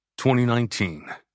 2019